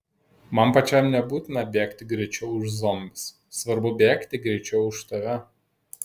man pačiam nebūtina bėgti greičiau už zombius svarbu bėgti greičiau už tave